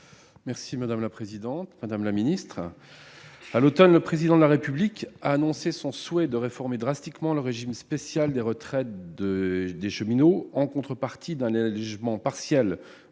socialiste et républicain. À l'automne, le Président de la République a annoncé son souhait de réformer drastiquement le régime spécial de retraite des cheminots, en contrepartie d'un allégement partiel